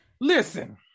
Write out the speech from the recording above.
Listen